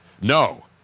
No